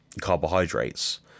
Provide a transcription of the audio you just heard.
carbohydrates